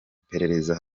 iperereza